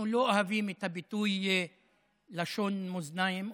אנחנו לא אוהבים את הביטוי "לשון מאזניים",